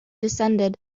descended